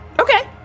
okay